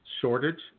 shortage